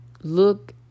look